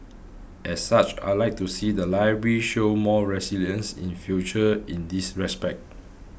as such I like to see the library show more resilience in future in this respect